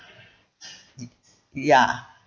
ya